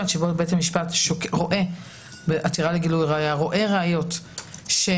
שבו בית המשפט רואה בעתירה לגילוי ראיה ראיות שהסנגוריה